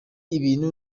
ibintu